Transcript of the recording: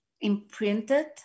imprinted